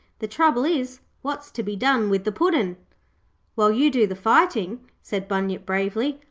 the trouble is, what's to be done with the puddin' while you do the fighting said bunyip bravely,